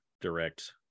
direct